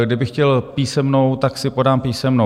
Kdybych chtěl písemnou, tak si podám písemnou.